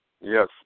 Yes